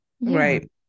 right